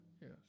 yes